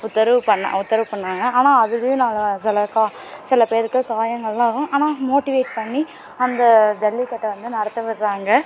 உத்தரவு பண்ணா உத்தரவு பண்ணாங்க ஆனால் அதுவே நாங்கள் சில கா சில பேருக்குக் காயங்கள்லாம் ஆகும் ஆனால் மோட்டிவேட் பண்ணி அந்த ஜல்லிக்கட்டை வந்து நடத்த விடுறாங்க